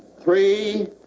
Three